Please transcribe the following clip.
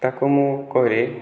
ତାକୁ ମୁଁ କରେ